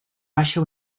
baixa